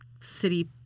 city